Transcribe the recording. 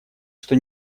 что